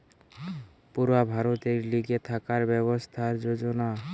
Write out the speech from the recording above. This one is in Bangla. পুরা ভারতের লিগে থাকার ব্যবস্থার যোজনা